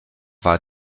war